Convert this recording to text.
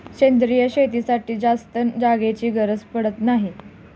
सेंद्रिय शेतीसाठी जास्त जागेची गरज पडत नाही